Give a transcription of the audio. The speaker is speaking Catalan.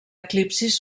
eclipsis